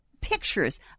pictures